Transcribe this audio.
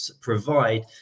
provide